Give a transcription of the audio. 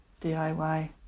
DIY